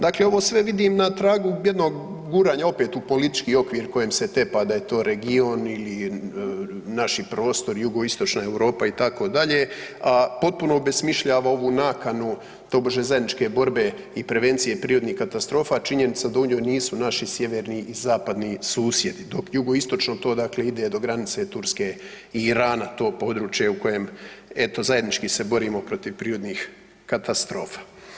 Dakle ovo sve vidim na tragu jednog guranja opet u politički okvir kojem se tepa da je to region ili naši prostori, jugoistočna Europa, itd., potpuno obesmišljava ovu nakanu tobože zajedničke borbe i prevencije i prirodnih katastrofa, činjenica da u njoj nisu naši sjeverni i zapadni susjedi, dok jugoistočno to dakle ide do granice Turske i Irana, to područje u kojem eto, zajednički se borimo protiv prirodnih katastrofa.